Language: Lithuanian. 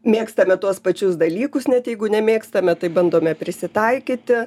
mėgstame tuos pačius dalykus net jeigu nemėgstame tai bandome prisitaikyti